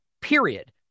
period